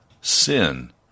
sin